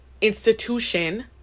institution